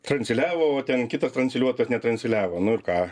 transliavo o ten kitas transliuotas netransliavo nu ir ką